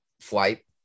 flight